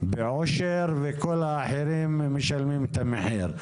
כאשר כל האחרים משלמים את המחיר.